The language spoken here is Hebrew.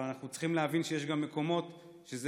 אבל אנחנו צריכים להבין שיש גם מקומות שזה